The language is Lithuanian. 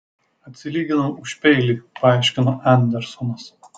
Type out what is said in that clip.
atsilyginau už peilį paaiškino andersonas